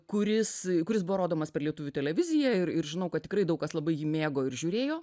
kuris kuris buvo rodomas per lietuvių televiziją ir žinau kad tikrai daug kas labai jį mėgo ir žiūrėjo